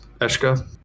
Eshka